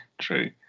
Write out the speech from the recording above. True